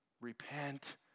Repent